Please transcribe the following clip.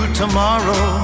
tomorrow